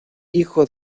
hijo